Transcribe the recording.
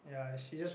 ya she just